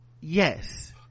Yes